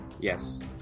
Yes